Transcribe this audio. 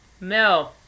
No